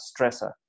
stressor